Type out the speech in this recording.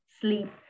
sleep